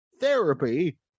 therapy